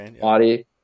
body